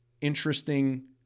interesting